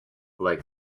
like